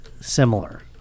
similar